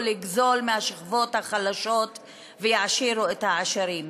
לגזול מהשכבות החלשות ויעשירו את העשירים.